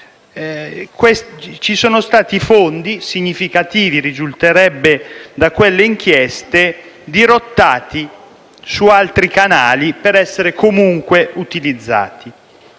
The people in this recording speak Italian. vi siano stati fondi significativi, come risulterebbe da quelle inchieste, dirottati su altri canali per essere comunque utilizzati.